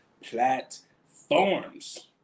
platforms